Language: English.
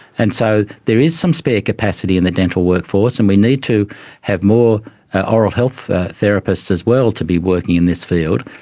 and so there is some spare capacity in the dental workforce and we need to have more oral health therapists as well to be working in this field.